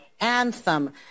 anthem